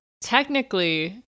technically